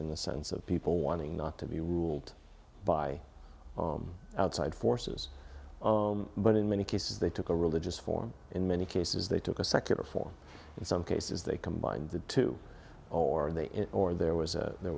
in the sense of people wanting not to be ruled by outside forces but in many cases they took a religious form in many cases they took a secular form in some cases they combined the two or they or there was there